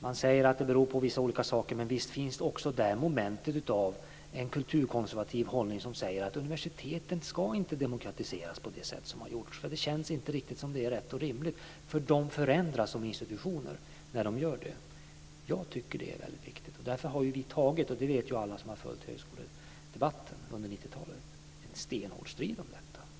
Man säger att det beror på vissa olika saker. Men visst finns det också ett moment av en kulturkonservativ hållning som innebär att universitetet inte ska demokratiseras på det sätt som har gjorts; det känns inte riktigt som att det är rätt och rimligt, eftersom universiteten då förändras som institutioner. Jag tycker att det är väldigt viktigt. Därför har vi tagit - det vet alla som har följt högskoledebatten under 90-talet - en stenhård strid om detta.